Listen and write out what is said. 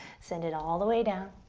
send it all the way down.